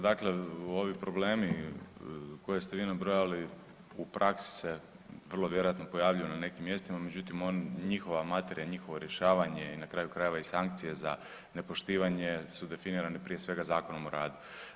Dakle, ovi problemi koje ste vi nabrojali u praksi se vrlo vjerojatno pojavljuju na nekim mjestima, međutim, on, njihova materija, njihovo rješavanje i na kraju krajeva, i sankcije za nepoštivanje su definirane, prije svega, Zakonom o radu.